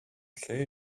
lle